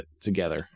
together